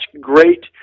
great